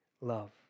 love